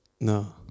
No